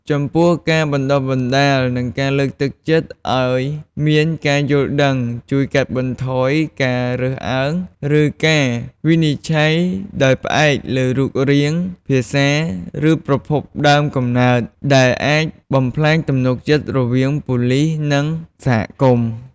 ចំពោះការបណ្តុះបណ្តាល និងការលើកទឹកចិត្តឱ្យមានការយល់ដឹង ជួយកាត់បន្ថយការរើសអើង ឬការវិនិច្ឆ័យដោយផ្អែកលើរូបរាង ភាសា ឬប្រភពដើមកំណើត ដែលអាចបំផ្លាញទំនុកចិត្តរវាងប៉ូលិស និងសហគមន៍។